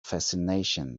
fascination